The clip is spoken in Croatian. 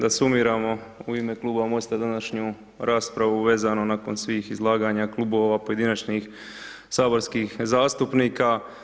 Da sumiramo u ime Kluba MOST-a današnju raspravu vezano nakon svih izlaganja klubova pojedinačnih saborskih zastupnika.